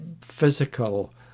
physical